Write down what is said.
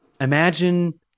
Imagine